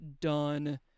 done